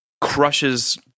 crushes